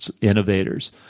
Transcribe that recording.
innovators